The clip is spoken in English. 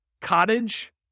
Cottage